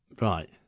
right